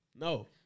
No